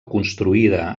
construïda